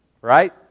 Right